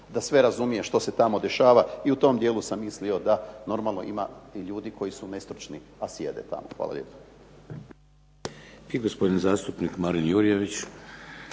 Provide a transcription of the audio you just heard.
da sve razumije što se tamo dešava, i u tom dijelu sam mislio da normalno ima ljudi koji su nestručni a sjede tamo. **Šeks, Vladimir (HDZ)** I gospodin zastupnik Marin Jurjević.